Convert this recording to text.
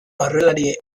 aurrelari